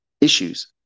Issues